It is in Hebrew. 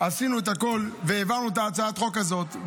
עשינו את הכול והעברנו את הצעת חוק הזאת.